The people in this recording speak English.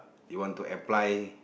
you want to apply